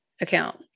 account